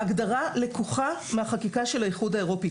ההגדרה לקוחה מהחקיקה של האיחוד האירופי.